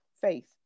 faith